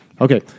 Okay